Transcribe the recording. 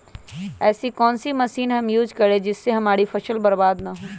ऐसी कौन सी मशीन हम यूज करें जिससे हमारी फसल बर्बाद ना हो?